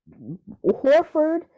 Horford